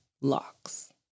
locks